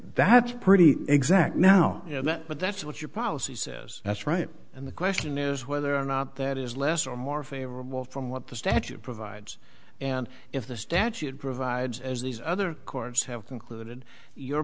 that's pretty exact now but that's what your policy says that's right and the question is whether or not that is less or more favorable from what the statute provides and if the statute provides as these other courts have concluded your